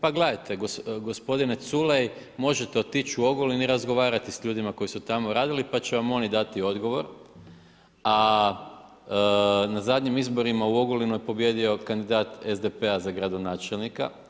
Pa gledajte gospodine Culej, možete otići u Ogulin i razgovarati s ljudima koji su tamo radili pa će vam oni dati odgovor, a na zadnjim izborima u Ogulinu je pobijedio kandidat SDP-a za gradonačelnika.